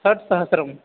षट्सहस्रम्